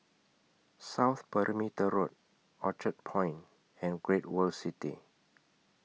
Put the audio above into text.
South Perimeter Road Orchard Point and Great World City